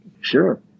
Sure